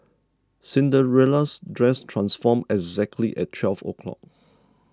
Cinderella's dress transformed exactly at twelve o' clock